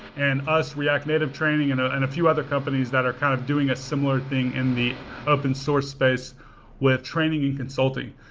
and us, react native training ah and a few other companies that are kind of doing a similar thing in the open-source space with training and consulting.